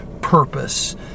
purpose